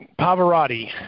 Pavarotti